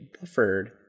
buffered